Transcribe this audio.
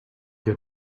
your